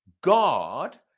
god